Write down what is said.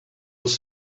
els